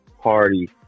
party